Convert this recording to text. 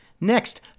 Next